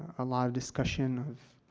a lot of discussion of,